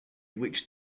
which